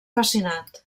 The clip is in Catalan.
fascinat